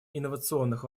инновационных